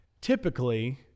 Typically